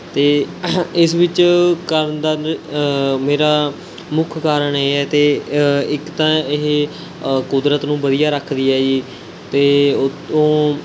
ਅਤੇ ਇਸ ਵਿੱਚ ਕਰਨ ਦਾ ਮੇਰਾ ਮੁੱਖ ਕਾਰਨ ਇਹ ਹੈ ਅਤੇ ਇੱਕ ਤਾਂ ਇਹ ਕੁਦਰਤ ਨੂੰ ਵਧੀਆ ਰੱਖਦੀ ਹੈ ਜੀ ਅਤੇ ਉੱਤੋਂ